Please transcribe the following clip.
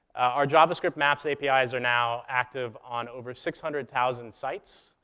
our javascript maps apis are now active on over six hundred thousand sites,